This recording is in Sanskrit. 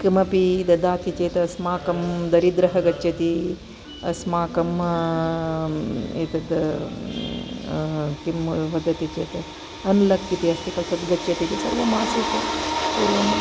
किमपि ददाति चेत् अस्माकं दरिद्रः गच्छति अस्माकं एतद् किं वदति चेत् अन्लक् इति अस्ति कलु तद् गच्छति सर्वम् आसीत् पूर्वं